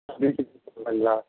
வீட்டுக்கு வரீங்களா